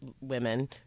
women